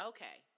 Okay